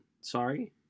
sorry